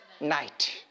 night